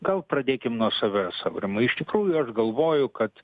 gal pradėkim nuo savęs aurimai iš tikrųjų aš galvoju kad